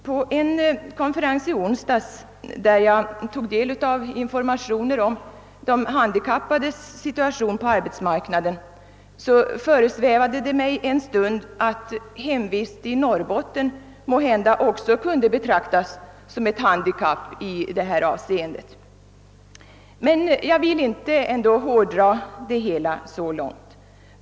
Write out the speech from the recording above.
På en konferens i onsdags, där jag tog del av informationer om de handikappades situation på arbetsmarknaden, föresvävade det mig en stund att hemvist i Norrbotten måhända också kunde betraktas som ett handikapp i detta avseende, men jag vill inte hårdra resonemanget.